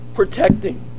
protecting